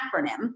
acronym